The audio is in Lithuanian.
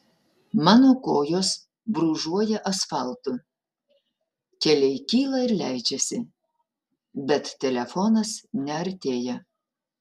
mano kojos brūžuoja asfaltu keliai kyla ir leidžiasi bet telefonas neartėja